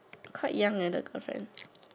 quite young leh the affair